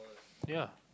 yea